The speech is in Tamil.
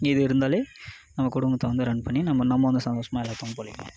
இது இருந்தாலே நம்ம குடும்பத்தை வந்து ரன் பண்ணி நம்ம நம்ம வந்து சந்தோசமாக